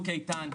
מצוק איתן,